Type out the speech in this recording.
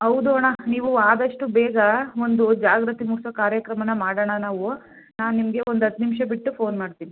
ಹೌದು ಅಣ್ಣ ನೀವು ಆದಷ್ಟು ಬೇಗ ಒಂದು ಜಾಗೃತಿ ಮೂಡಿಸೋ ಕಾರ್ಯಕ್ರಮನ ಮಾಡೋಣ ನಾವು ನಾನು ನಿಮಗೆ ಒಂದು ಹತ್ತು ನಿಮಿಷ ಬಿಟ್ಟು ಫೋನ್ ಮಾಡ್ತೀನಿ